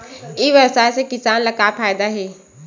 ई व्यवसाय से किसान ला का फ़ायदा हे?